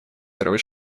первый